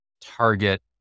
target